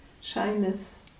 Shyness